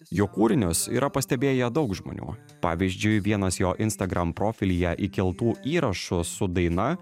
jo kūrinius yra pastebėję daug žmonių pavyzdžiui vienas jo instagram profilyje įkeltų įrašų su daina